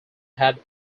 had